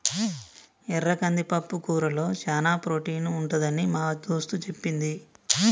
ఎర్ర కంది పప్పుకూరలో చానా ప్రోటీన్ ఉంటదని మా దోస్తు చెప్పింది